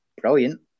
brilliant